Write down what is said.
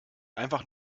einfach